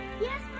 Yes